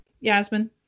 yasmin